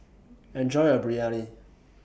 Enjoy your Biryani